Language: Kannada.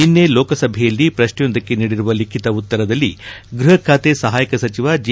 ನಿನ್ನೆ ಲೋಕಸಭೆಯಲ್ಲಿ ಪ್ರಶ್ನೆಯೊಂದಕ್ಕೆ ನೀಡಿರುವ ಲಿಖಿತ ಉತ್ತರದಲ್ಲಿ ಗೃಹ ಬಾತೆ ಸಹಾಯಕ ಸಚಿವ ಜಿ